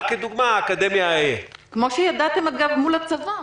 רק כדוגמה אקדמיה IL. כמו שידעתם אגב מול הצבא.